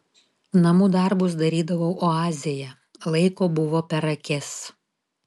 namų darbus darydavau oazėje laiko buvo per akis